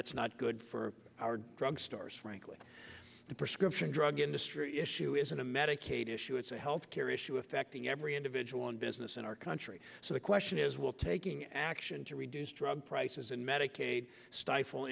that's not good for our drug stores frankly the prescription drug industry issue isn't a medicaid issue it's a health care issue affecting every individual and business in our country so the question is will taking action to reduce drug prices and medicaid stifle